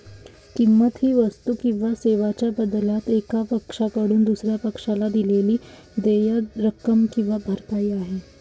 किंमत ही वस्तू किंवा सेवांच्या बदल्यात एका पक्षाकडून दुसर्या पक्षाला दिलेली देय रक्कम किंवा भरपाई आहे